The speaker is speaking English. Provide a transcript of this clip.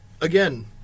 Again